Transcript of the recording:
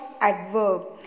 adverb